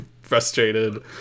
frustrated